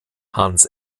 hans